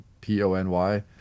P-O-N-Y